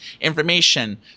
information